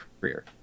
career